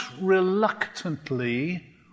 reluctantly